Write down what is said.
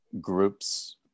groups